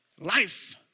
life